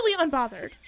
unbothered